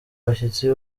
abashyitsi